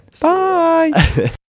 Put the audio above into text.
Bye